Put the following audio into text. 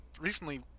recently